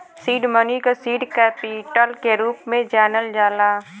seed money क seed capital के रूप में जानल जाला